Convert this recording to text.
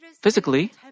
physically